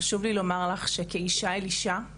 חשוב לי לומר לך כאישה לאישה,